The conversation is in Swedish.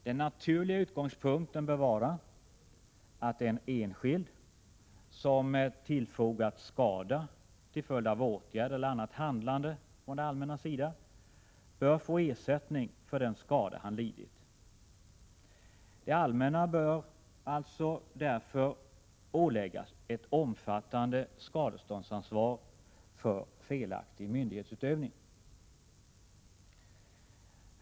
Den naturliga utgångspunkten bör vara att en enskild som tillfogats skada till följd av åtgärd eller annat handlande från det allmännas sida bör få ersättning för den skada han lidit. Det allmänna bör därför åläggas ett omfattande skadeståndsansvar för felaktig myndighetsutövning.